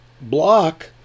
block